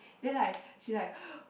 then like she like